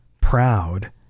proud